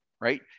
right